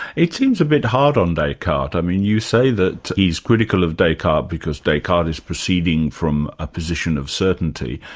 it seems a bit hard on descartes. i mean, you say that he's critical of descartes because descartes is proceeding from a position of certainty.